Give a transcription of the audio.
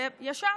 וישר,